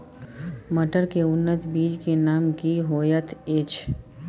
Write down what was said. मटर के उन्नत बीज के नाम की होयत ऐछ?